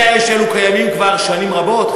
שטחי האש האלו קיימים כבר שנים רבות,